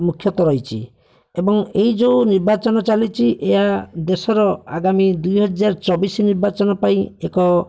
ମୁଖ୍ୟତ ରହିଛି ଏବଂ ଏଇ ଯେଉଁ ନିର୍ବାଚନ ଚାଲିଛି ଏହା ଦେଶର ଆଗାମୀ ଦୁଇହଜାର ଚବିଶ ନିର୍ବାଚନ ପାଇଁ ଏକ